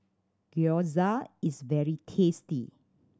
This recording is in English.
gyoza is very tasty